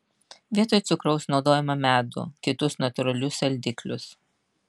vietoj cukraus naudojame medų kitus natūralius saldiklius